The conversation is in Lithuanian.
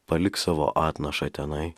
paliks savo atnašą tenai